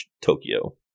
tokyo